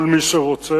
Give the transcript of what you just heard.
כל מי שרוצה.